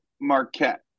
Marquette